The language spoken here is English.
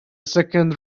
second